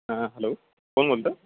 हां हॅलो कोण बोलतं